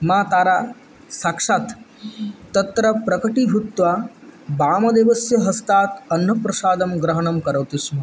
मा तारा साक्षात् तत्र प्रकटीभूत्वा वामदेवस्य हस्तात् अन्नप्रसादं ग्रहणं करोति स्म